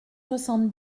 soixante